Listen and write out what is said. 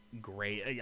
great –